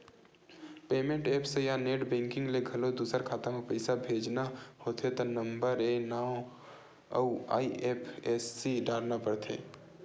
payment apps या net banking ले घलो दूसर खाता म पइसा भेजना होथे त नंबरए नांव अउ आई.एफ.एस.सी डारना परथे